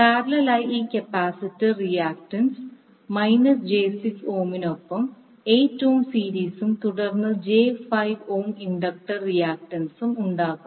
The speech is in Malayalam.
പാരലൽ ആയി ഈ കപ്പാസിറ്റർ റിയാക്ക്ടെൻസ് മൈനസ് ജെ 6 ഓമിനൊപ്പം 8 ഓം സീരീസും തുടർന്ന് ജെ 5 ഓം ഇൻഡക്റ്റർ റിയാക്ടൻസും ഉണ്ടാകും